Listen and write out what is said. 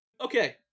Okay